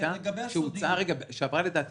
חקיקה שעברה קריאה ראשונה?